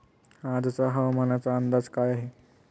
आजचा हवामानाचा अंदाज काय आहे?